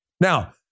Now